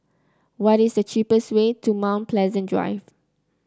what is the cheapest way to Mount Pleasant Drive